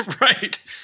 Right